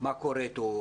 מה קורה אתו?